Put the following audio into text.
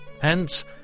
Hence